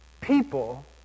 people